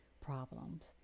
problems